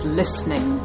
listening